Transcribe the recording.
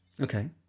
Okay